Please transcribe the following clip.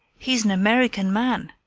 he's an american man!